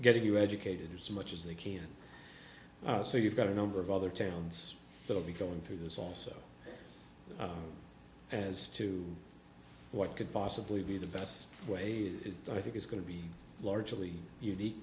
getting you educated as much as they can so you've got a number of other towns that will be going through this also as to what could possibly be the best way i think is going to be largely unique